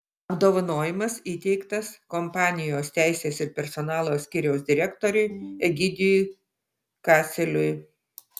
apdovanojimas įteiktas kompanijos teisės ir personalo skyriaus direktoriui egidijui kaseliui